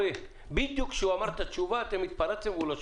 התפרצתם בדיוק כשהוא אמר את התשובה ולא שמענו.